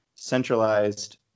centralized